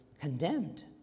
condemned